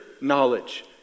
knowledge